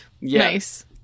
nice